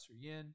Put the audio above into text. yin